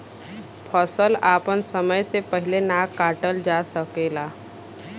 फसल आपन समय से पहिले ना काटल जा सकेला